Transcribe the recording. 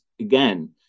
again